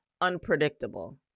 unpredictable